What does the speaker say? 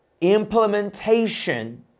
implementation